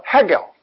Hegel 。